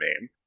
name